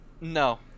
No